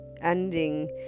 ending